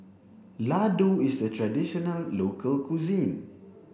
Ladoo is a traditional local cuisine